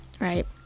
Right